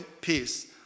peace